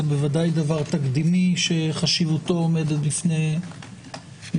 זה בוודאי דבר תקדימי שחשיבותו עומדת בפני עצמה.